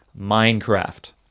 Minecraft